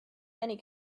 many